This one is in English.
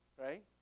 right